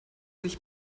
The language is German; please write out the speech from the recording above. sich